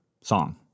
song